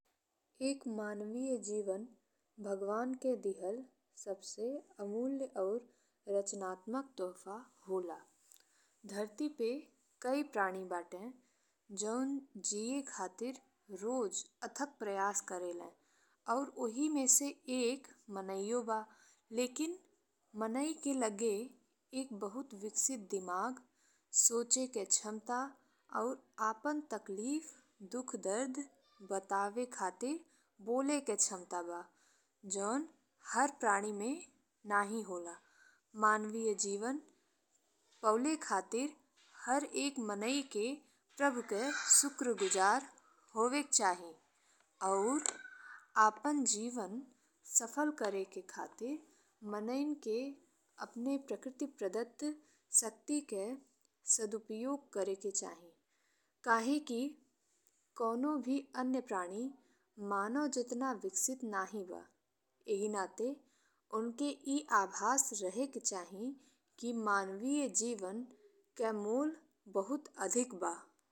एक मानवीय जीवन भगवान के दिहल सबसे अमूल्य और रचनात्मक तोहफा होला। धरी पे कई प्राणी बाड़े जौन जिये खातिर रोज अथक प्रयास करेलें और ओहि में से एक मनेयो बा लेकिन मनाई के लगे एक बहुत विकसित दिमाग, सोचे के क्षमता और आपन तकलीफ, दुःख, दर्द बतावे खातिर बोले के क्षमता बा जौन हर प्राणी में नहीं होला। मानविय जीवन पउले खातिर हर एक मनई के प्रभु के शुक्रगुजार होवे के चाही और आपन जीवन सफल करे खातिर मनई के अपने प्रकृति प्रदत्त शक्ति के सदुपयोग करे के चाही काहेकि कऊनों भी अन्य प्राणी मानव जेतना विकसित नहीं। ईही नाते ओंके ई आभास रहे के चाही कि मानविय जीवन के मोल बहुत अधिक बा।